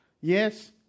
Yes